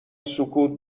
سکوت